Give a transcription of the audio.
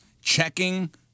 checking